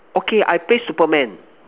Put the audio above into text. okay I play Superman